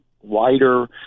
wider